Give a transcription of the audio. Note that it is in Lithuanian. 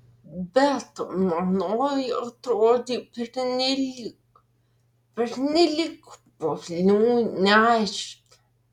bet manoji atrodė pernelyg pernelyg po velnių neaiški